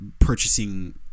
purchasing